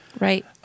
Right